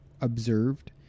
observed